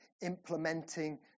implementing